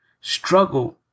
struggle